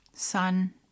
sun